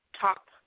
top